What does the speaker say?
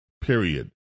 period